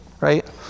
right